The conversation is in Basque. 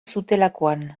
zutelakoan